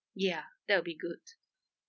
ya that would be good